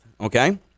okay